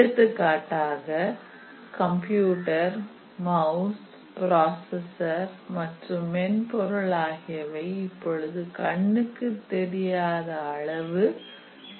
எடுத்துக்காட்டாக computer mouse processor மற்றும் மென்பொருள் ஆகியவை இப்பொழுது கண்ணுக்குத் தெரியாத அளவு சுருங்கி விட்டன